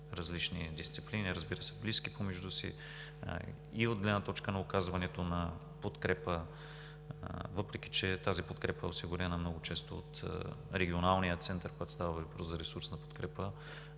различни дисциплини, разбира се, близки помежду си. От гледна точка на оказването на подкрепа, въпреки че тази подкрепа много често е осигурена от регионалния център, когато става въпрос за ресурсна подкрепа,